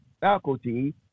faculty